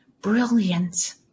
Brilliant